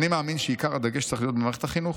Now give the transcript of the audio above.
"אני מאמין שעיקר הדגש צריך להיות מערכת החינוך.